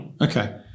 Okay